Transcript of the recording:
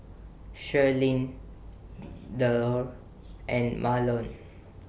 Shirlene Thedore and Mahlon